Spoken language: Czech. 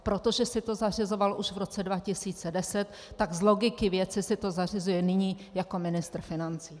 Protože si to zařizoval už v roce 2010, tak z logiky věci si to zařizuje nyní jako ministr financí.